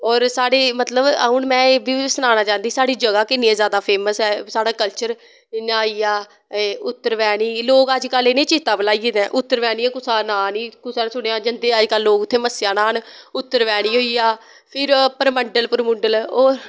और साढ़ी मतलव हून मैं एह् बी सनाना चाह्ंदी साढ़ी जगां किन्नियां जादा फेमस ऐ साढ़ा कल्चर जियां आईया एह् उत्तरवैनी लोग अज कल इनेंई चात्ता भलाई गेदे उत्तरवैनी कुसा नांऽ नी कुसै नै सुनेआं जंदे लोग अज कल उत्थे मस्सेआ न्हांन उत्तरवैनी होईया फिर परमंडल परमुडल होर